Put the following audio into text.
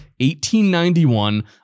1891